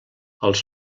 els